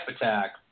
attack